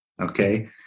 okay